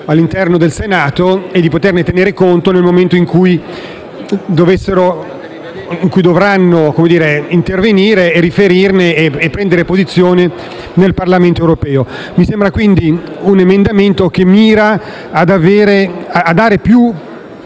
all'interno del Senato, di cui essi potranno tener conto nel momento in cui dovranno intervenire, riferirne e prendere posizione nel Parlamento europeo. Mi sembra, quindi, che l'emendamento miri a dare più